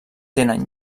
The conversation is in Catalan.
tenen